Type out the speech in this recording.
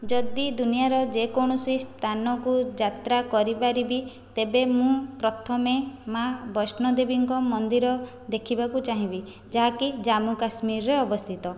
ଯଦି ଦୁନିଆ ର ଯେ କୌଣସି ସ୍ଥାନକୁ ଯାତ୍ରା କରି ପାରିବି ତେବେ ମୁଁ ପ୍ରଥମେ ମା ବୈଷ୍ଣୋ ଦେବୀଙ୍କ ମନ୍ଦିର ଦେଖିବାକୁ ଚାହିଁବି ଯାହାକି ଜାମ୍ମୁ କାଶ୍ମୀରରେ ଅବସ୍ଥିତ